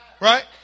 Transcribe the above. right